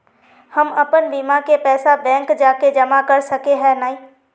हम अपन बीमा के पैसा बैंक जाके जमा कर सके है नय?